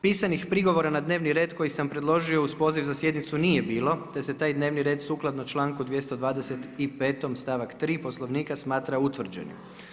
Pisanih prigovora na dnevni red koji sam preložio uz poziv na sjednicu nije bilo, te se taj dnevni red sukladno čl. 225. stavak 3. poslovnika smatra utvrđenim.